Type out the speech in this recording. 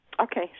Okay